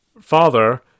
father